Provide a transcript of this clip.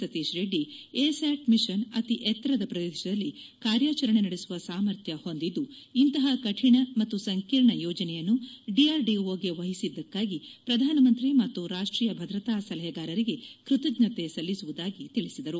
Satish Reddy A SAT mission ಅತಿ ಎತ್ತರದ ಪ್ರದೇಶದಲ್ಲಿ ಕಾರ್ಯಾಚರಣೆ ನಡೆಸುವ ಸಾಮರ್ಥ್ಯ ಹೊಂದಿದ್ದು ಇಂತಪ ಕಠಿಣ ಮತ್ತು ಸಂಕೀರ್ಣ ಯೋಜನೆಯನ್ನು ಡಿಆರ್ಡಿಒಗೆ ವಹಿಸಿದ್ದಕ್ಕಾಗಿ ಪ್ರಧಾನಮಂತ್ರಿ ಮತ್ತು ರಾಷ್ಟೀಯ ಭದ್ರತಾ ಸಲಹೆಗಾರರಿಗೆ ಕೃತಜ್ಞತೆ ಸಲ್ಲಿಸುವುದಾಗಿ ತಿಳಿಸಿದರು